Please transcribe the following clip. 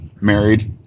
married